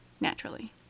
naturally